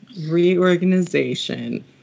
Reorganization